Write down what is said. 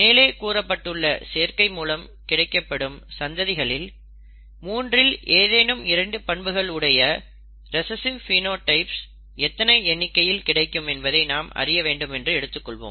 மேலே கூறப்பட்டுள்ள சேர்க்கை மூலம் கிடைக்கப்படும் சந்ததிகளில் மூன்றில் ஏதேனும் இரண்டு பண்புகள் உடைய ரிசஸ்ஸிவ் பினோடைப்ஸ் எத்தனை எண்ணிக்கை கிடைக்கும் என்பதை நாம் அறியவேண்டும் என்று எடுத்துக்கொள்வோம்